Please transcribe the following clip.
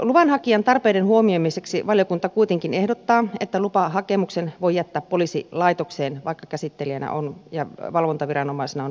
luvanhakijan tarpeiden huomioimiseksi valiokunta kuitenkin ehdottaa että lupahakemuksen voi jättää poliisilaitokseen vaikka käsittelijänä ja valvontaviranomaisena on poliisihallitus